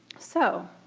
so,